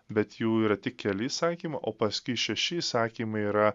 bet jų yra tik keli įsakymai o paskiui šeši įsakymai yra